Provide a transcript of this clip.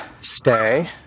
Stay